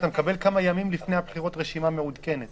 אתה מקבל כמה ימים לפני הבחירות רשימה מעודכנת